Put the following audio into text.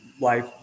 life